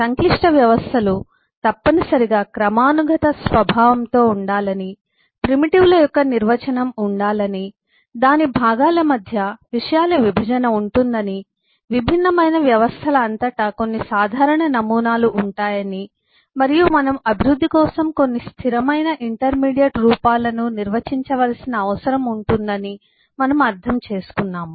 సంక్లిష్ట వ్యవస్థలు తప్పనిసరిగా క్రమానుగత స్వభావంతో ఉండాలని ప్రిమిటివ్ ల యొక్క నిర్వచనం ఉండాలని దాని భాగాల మధ్య విషయాల విభజన ఉంటుందని విభిన్నమైన వ్యవస్థల అంతటా కొన్ని సాధారణ నమూనాలు ఉంటాయని మరియు మనం అభివృద్ధి కోసం కొన్ని స్థిరమైన ఇంటర్మీడియట్ రూపాలను నిర్వచించవలసిన అవసరం ఉంటుందని మనము అర్థం చేసుకున్నాము